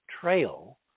trail